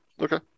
Okay